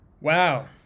Wow